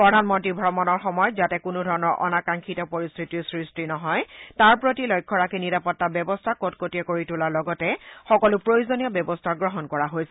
প্ৰধান মন্ত্ৰীৰ ভ্ৰমণৰ সময়ত যাতে কোনোধৰণৰ অনাকাংশিত পৰিস্থিতিৰ সৃষ্টি নহয় তাৰ প্ৰতি লক্ষ্য ৰাখি নিৰাপত্তা ব্যৱস্থা কটকটীয়া কৰি তোলাৰ লগতে সকলো প্ৰয়োজনীয় ব্যৱস্থা গ্ৰহণ কৰা হৈছে